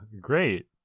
Great